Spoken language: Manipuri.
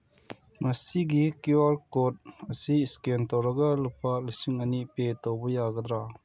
ꯃꯁꯤꯒꯤ ꯀ꯭ꯌꯨ ꯑꯥꯔ ꯀꯣꯠ ꯑꯁꯤ ꯏꯁꯀꯦꯟ ꯇꯧꯔꯒ ꯂꯨꯄꯥ ꯂꯤꯁꯤꯡ ꯑꯅꯤ ꯄꯦ ꯇꯧꯕ ꯌꯥꯒꯗ꯭ꯔꯥ